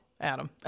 Adam